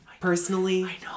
Personally